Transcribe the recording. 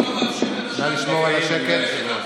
נא לשמור על השקט.